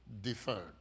deferred